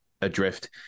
adrift